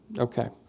okay.